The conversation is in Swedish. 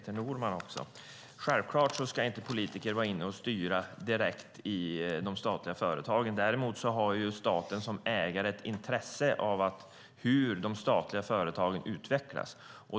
Fru talman! Självklart ska politiker inte vara inne och styra direkt i de statliga företagen. Däremot har staten som ägare ett intresse av hur de statliga företagen utvecklas.